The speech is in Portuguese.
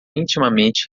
intimamente